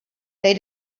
they